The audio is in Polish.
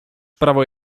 prawo